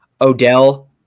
Odell